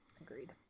agreed